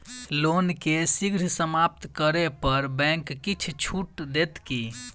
loan केँ शीघ्र समाप्त करै पर बैंक किछ छुट देत की